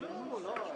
זה לא מעבר לעניין